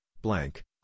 blank